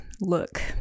look